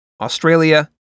Australia